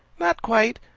not quite.